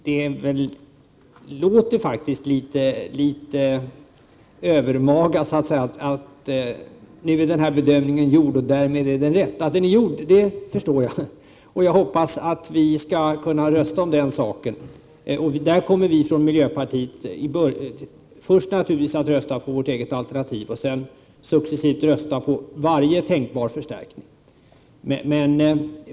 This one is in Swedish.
Det låter litet övermaga att säga att bedömningen nu är gjord och att den därmed är rätt. Att den är gjord kan jag förstå. Huruvida vi tycker den är rätt skall vi rösta om. Där kommer vi från miljöpartiet att i första hand rösta på vårt eget alternativ och sedan successivt på varje tänkbar förstärkning.